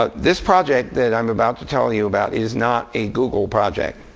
ah this project that i'm about to tell you about is not a google project.